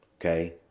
Okay